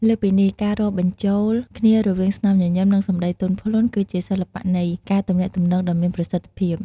លើសពីនេះការរួមបញ្ចូលគ្នារវាង ស្នាមញញឹម និងសម្ដីទន់ភ្លន់ គឺជាសិល្បៈនៃការទំនាក់ទំនងដ៏មានប្រសិទ្ធភាព។